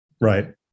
Right